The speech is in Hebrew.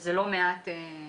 שזה לא מעט פניות.